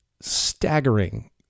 staggering